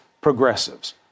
progressives